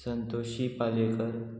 Santoshi Palyekar